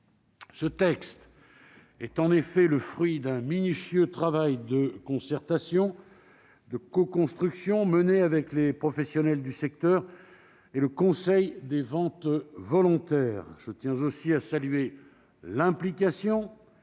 Ce texte est, en effet, le fruit d'un minutieux travail de concertation et de coconstruction mené avec les professionnels du secteur et le Conseil des ventes volontaires. Je tiens là aussi à saluer l'implication